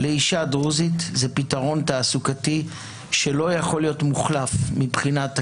לאישה דרוזית זה פתרון תעסוקתי שלא יכול להיות מוחלף מבחינת הכללים,